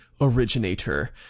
originator